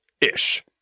ish